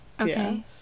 Okay